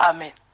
Amen